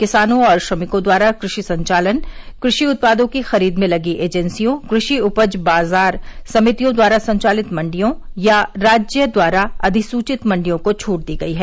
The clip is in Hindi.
किसानों और श्रमिकों द्वारा कृषि संचालन कृषि उत्पार्दो की खरीद में लगी एजेंसियों कृषि उपज बाजार समितियों द्वारा संचालित मंडियों या राज्य द्वारा अधिसूचित मंडियों को छूट दी गई है